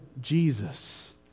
Jesus